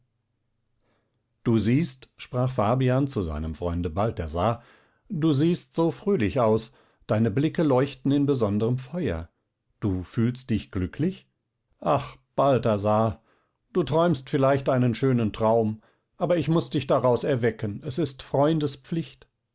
du siehst sprach fabian zu seinem freunde balthasar du siehst so fröhlich aus deine blicke leuchten in besonderm feuer du fühlst dich glücklich ach balthasar du träumst vielleicht einen schönen traum aber ich muß dich daraus erwecken es ist freundes pflicht